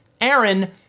Aaron